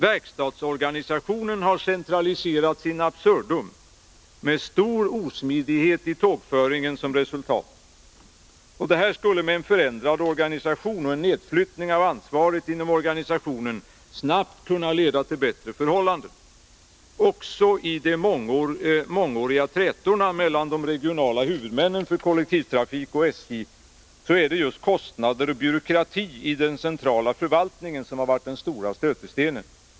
Verkstadsorganisationen har centraliserats in absurdum, med stor osmidighet i tågföringen som resultat. Detta skulle med en förändrad organisation och en nedflyttning av ansvaret inom organisationen snabbt kunna leda till bättre förhållanden. Också i de mångåriga trätorna mellan de regionala huvudmännen för kollektivtrafik och SJ är det just kostnader och byråkrati i den centrala förvaltningen som varit den stora stötestenen.